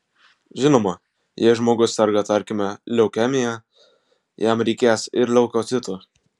žinoma jei žmogus serga tarkime leukemija jam reikės ir leukocitų